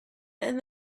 and